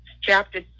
chapter